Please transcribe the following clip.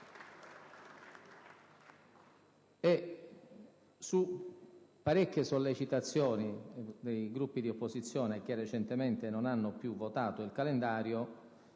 Su parecchie sollecitazioni dei Gruppi di opposizione, che recentemente non hanno più votato il calendario,